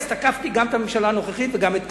אז תקפתי גם את הממשלה הנוכחית וגם את קדימה.